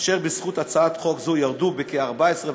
אשר בזכות הצעת חוק זו ירדו בכ-14.5%,